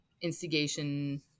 instigation